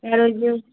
হ্যাঁ এই যে